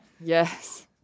Yes